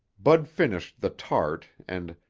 bud finished the tart and,